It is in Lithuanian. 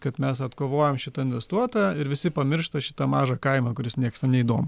kad mes atkovojom šitą investuotoją ir visi pamiršta šitą mažą kaimą kuris nieks ten neįdomu